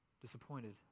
Disappointed